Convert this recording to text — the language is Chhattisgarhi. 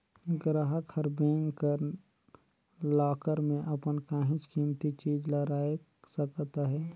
गराहक हर बेंक कर लाकर में अपन काहींच कीमती चीज ल राएख सकत अहे